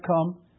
come